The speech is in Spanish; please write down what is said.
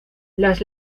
las